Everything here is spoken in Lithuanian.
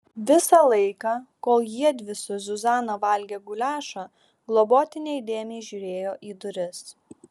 visą laiką kol jiedvi su zuzana valgė guliašą globotinė įdėmiai žiūrėjo į duris